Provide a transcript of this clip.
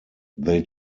they